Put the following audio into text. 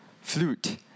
flute